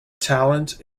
talent